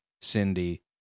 Cindy